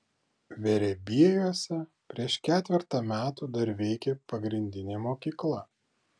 verebiejuose prieš ketvertą metų dar veikė pagrindinė mokykla